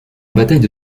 bataille